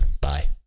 Bye